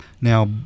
Now